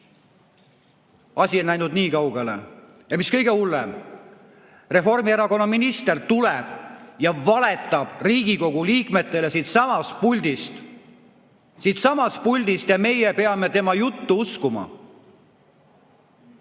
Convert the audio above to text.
Asi on läinud nii kaugele. Mis kõige hullem, Reformierakonna minister tuleb ja valetab Riigikogu liikmetele siitsamast puldist. Ja meie peame tema juttu uskuma!